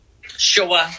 Sure